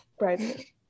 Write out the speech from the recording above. right